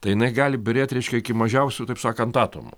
tai jinai gali byrėt reiškia iki mažiausių taip sakant atomų